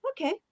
okay